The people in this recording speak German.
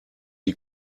die